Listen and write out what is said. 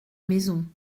maison